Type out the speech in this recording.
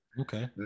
Okay